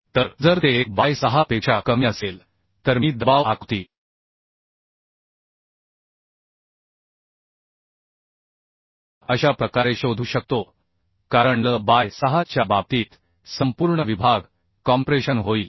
तर जर ते 1 बाय 6 पेक्षा कमी असेल तर मी दबाव आकृती अशा प्रकारे शोधू शकतो कारण L बाय 6 च्या बाबतीत संपूर्ण विभाग कॉम्प्रेशन होईल